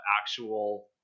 actual